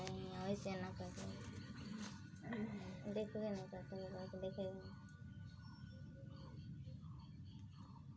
कुन नसलेर बकरी सबसे ज्यादा दूध दो हो?